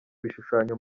bishushanyo